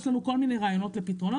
יש לנו כל מיני רעיונות לפתרונות,